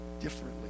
differently